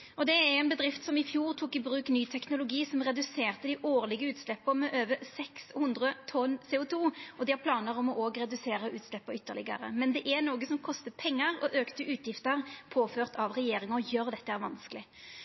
utgifter. Det er ei bedrift som i fjor tok i bruk ny teknologi som reduserte dei årlege utsleppa med over 600 tonn CO2, og dei har planar om å redusera utsleppa ytterlegare. Men det kostar pengar, og auka utgifter påførte av regjeringa gjer dette vanskeleg. Det me i Arbeidarpartiet heller ønskjer at me skal gjera, er